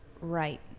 Right